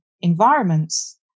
environments